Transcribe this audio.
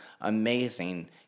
amazing